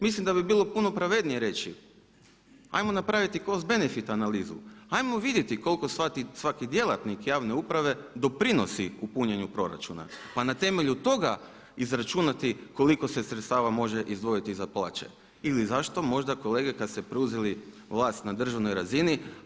Mislim da bi bilo puno pravednije reći, ajmo napraviti cost benefit analizu, ajmo vidjeti koliko svaki djelatnik javne uprave doprinosi u punjenju proračuna, pa na temelju toga izračunati koliko se sredstava može izdvojiti za plaće ili zašto možda kolege kada ste preuzeli vlast na državnoj razini.